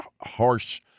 harsh